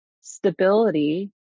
stability